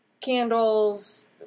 candles